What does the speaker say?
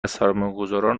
سرمایهگذاران